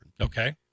Okay